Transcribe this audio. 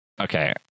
okay